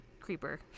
creeper